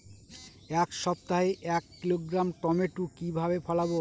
এক সপ্তাহে এক কিলোগ্রাম টমেটো কিভাবে ফলাবো?